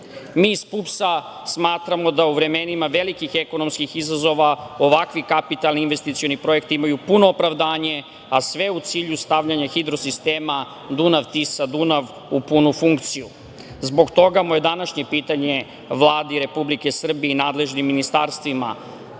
iz PUPS smatramo da u vremenima velikih ekonomskih izazova ovakvi kapitalni investicioni projekti imaju puno opravdanje, a sve u cilju stavljanja hidrosistema Dunav-Tisa-Dunav u punu funkciju. Zbog toga moje današnje pitanje Vladi Republike Srbije i nadležnim ministarstvima,